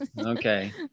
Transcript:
Okay